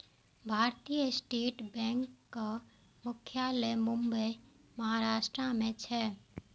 भारतीय स्टेट बैंकक मुख्यालय मुंबई, महाराष्ट्र मे छै